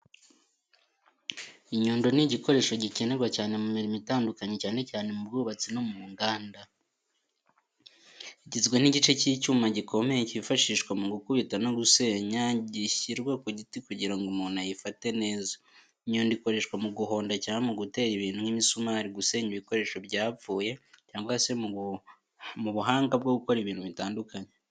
Inyundo ni igikoresho gikenerwa cyane mu mirimo itandukanye cyane cyane mu bwubatsi no mu nganda. Igizwe n’igice cy’icyuma gikomeye cyifashishwa mu gukubita no gusenya, gishyirwa ku giti kugira ngo umuntu ayifate neza. Inyundo ikoreshwa mu guhonda cyangwa mu gutera ibintu nk’imisumari, gusenya ibikoresho byapfuye, cyangwa se mu buhanga bwo gukora ibintu bitandukanye.